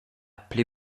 pli